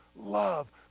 love